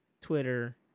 Twitter